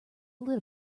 lit